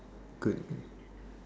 good